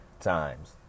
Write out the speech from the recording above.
times